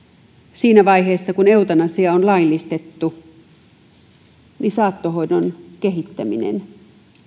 siinä vaiheessa kun eutanasia on laillistettu saattohoidon kehittäminen